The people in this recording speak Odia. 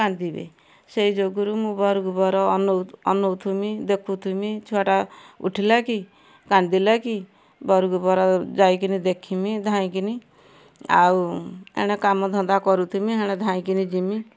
କାନ୍ଦିବେ ସେଇ ଯୋଗରୁ ମୁଁ ବରକୁ ବର ଅନଉ ଅନଉଥିମି ଦେଖୁଥିମି ଛୁଆଟା ଉଠିଲା କି କାନ୍ଦିଲା କି ବରକୁ ବର ଯାଇକିନି ଦେଖିମି ଧାଇଁକିନି ଆଉ ଏଣେ କାମଧନ୍ଦା କରୁଥିମି ହେଣେ ଧାଇଁକିନି ଯିମି